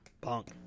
Punk